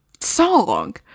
song